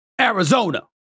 Arizona